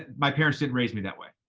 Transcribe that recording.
my parents didn't raise me that way,